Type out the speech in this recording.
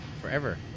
forever